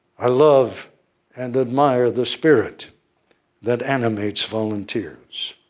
i love and admire the spirit that animates volunteers.